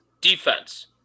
Defense